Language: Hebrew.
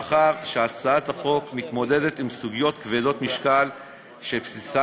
מאחר שהצעת החוק מתמודדת עם סוגיות כבדות משקל שבבסיסן